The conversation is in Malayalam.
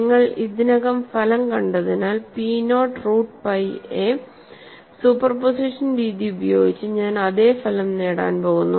നിങ്ങൾ ഇതിനകം ഫലം കണ്ടതിനാൽ p not root pi a superposition രീതി ഉപയോഗിച്ച് ഞാൻ അതേ ഫലം നേടാൻ പോകുന്നു